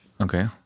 Okay